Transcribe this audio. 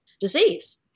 disease